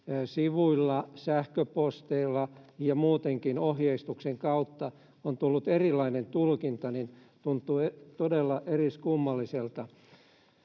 sivuilla, sähköposteilla ja muutenkin ohjeistuksen kautta on tullut erilainen tulkinta, tuntuu todella eriskummalliselta.